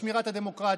שמרת על הדמוקרטיה,